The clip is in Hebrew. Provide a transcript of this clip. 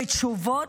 ואין תשובות.